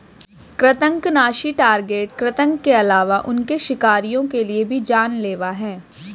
कृन्तकनाशी टारगेट कृतंक के अलावा उनके शिकारियों के लिए भी जान लेवा हैं